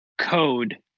code